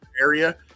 area